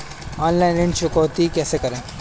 Online ऋण चुकौती कैसे करें?